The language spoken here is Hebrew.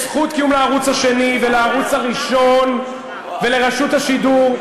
יש זכות קיום לערוץ השני ולערוץ הראשון ולרשות השידור,